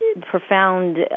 profound